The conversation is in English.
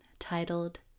titled